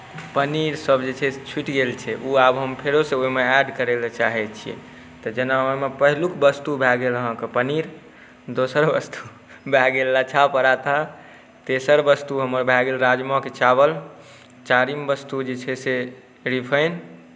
पनीरसभ जे छै से छुटि गेल छै ओ आब हम फेरोसँ ओहिमे ऐड करय लेल चाहैत छियै तऽ जेना ओहिमे पहिलुक वस्तु भए गेल अहाँकेँ पनीर दोसर वस्तु भए गेल लच्छा पराठा तेसर वस्तु हमर भए गेल राजमा चावल चारिम वस्तु जे छै से रिफाइन